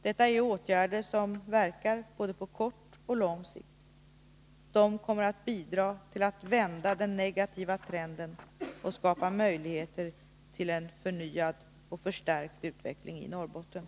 Detta är åtgärder som verkar både på kort och på lång sikt. De kommer att bidra till att vända den negativa trenden och skapa möjligheter till en förnyad och förstärkt utveckling i Norrbotten.